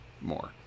more